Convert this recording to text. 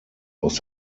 aus